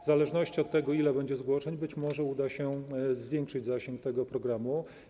W zależności od tego, ile będzie zgłoszeń, być może uda się zwiększyć zasięg tego programu.